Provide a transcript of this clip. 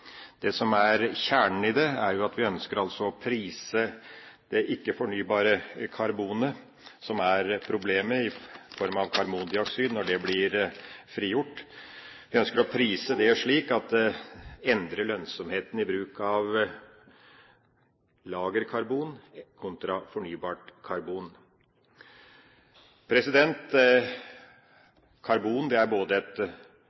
Det som er kjernen i det, er at vi ønsker å prise det ikke-fornybare karbonet, som er problemet i form av karbondioksid når det blir frigjort, slik at det endrer lønnsomheten i bruk av lagerkarbon kontra fornybart